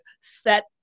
set